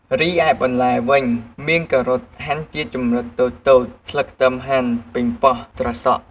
រីឯបន្លែវិញមាន ការ៉ុតហាន់ជាចំណិតតូចៗ ស្លឹកខ្ទឹមហាន់ ប៉េងប៉ោះ ត្រសក់។